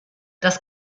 das